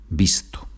visto